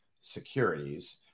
securities